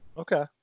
okay